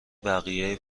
بقیه